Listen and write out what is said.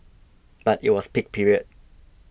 but it was peak period